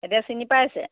এতিয়া চিনি পাইছে